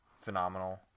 phenomenal